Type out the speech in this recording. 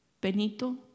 Benito